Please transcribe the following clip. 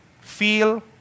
feel